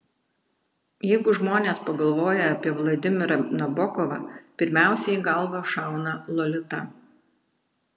jeigu žmonės pagalvoja apie vladimirą nabokovą pirmiausia į galvą šauna lolita